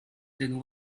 then